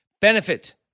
benefit